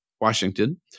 Washington